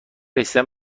رسیدن